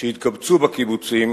שהתקבצו בקיבוצים,